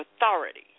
authority